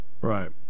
Right